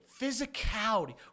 Physicality